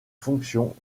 fonction